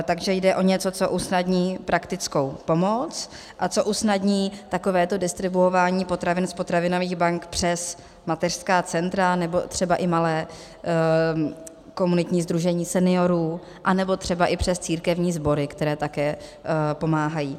Takže jde o něco, co usnadní praktickou pomoc a co usnadní takovéto distribuování potravin z potravinových bank přes mateřská centra nebo třeba i malé komunitní sdružení seniorů, anebo třeba i přes církevní sbory, které také pomáhají.